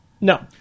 No